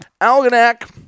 Algonac